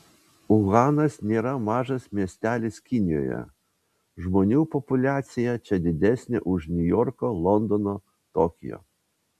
uhanas nėra mažas miestelis kinijoje žmonių populiacija čia didesnė už niujorko londono tokijo